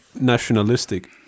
nationalistic